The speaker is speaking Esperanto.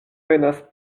venas